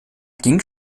ging